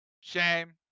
Shame